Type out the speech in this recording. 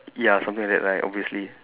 ya something like that right obviously